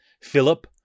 Philip